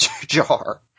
jar